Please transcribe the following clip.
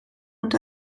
und